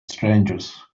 strangers